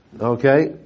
Okay